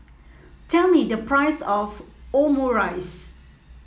tell me the price of Omurice